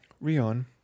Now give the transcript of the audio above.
Rion